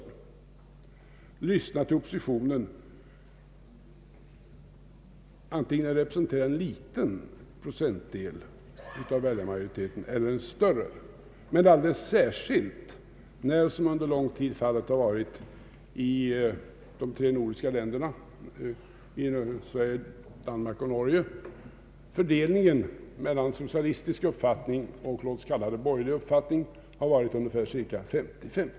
Den bör lyssna till oppositionen antingen denna representerar en liten procentdel av väljarmajoriteten eller en större men alldeles särskilt när för delningen — vilket under en lång tid varit fallet i de tre nordiska länderna Danmark, Norge och Sverige — mel lan socialistisk uppfattning och låt oss kalla det borgerlig uppfattning varit ungefär 50/50.